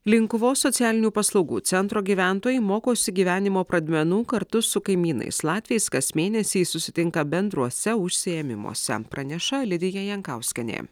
linkuvos socialinių paslaugų centro gyventojai mokosi gyvenimo pradmenų kartu su kaimynais latviais kas mėnesį susitinka bendruose užsiėmimuose praneša lidija jankauskienė